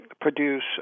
produce